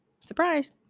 surprise